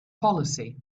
policy